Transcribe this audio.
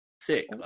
sick